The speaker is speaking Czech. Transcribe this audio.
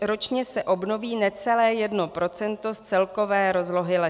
Ročně se obnoví necelé 1 % z celkové rozlohy lesů.